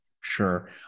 sure